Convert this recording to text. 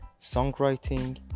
songwriting